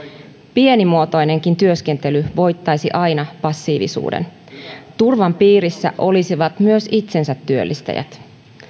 pienimuotoinenkin työskentely voittaisi aina passiivisuuden turvan piirissä olisivat myös itsensätyöllistäjät